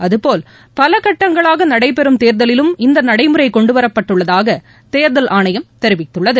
அதுபோல் பலகட்டங்களாகநடைபெறும் தேர்தலிலும் இந்தநடைமுறைகொண்டுவரப்பட்டுள்ளதாகதேர்தல் ஆணையம் தெரிவித்துள்ளது